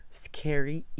scary